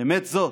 באמת זו